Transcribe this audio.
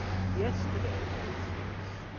yesterday, for instance,